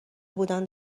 بودن